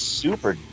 super